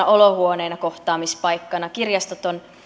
olohuoneena kohtaamispaikkana kirjastot ovat